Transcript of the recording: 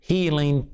Healing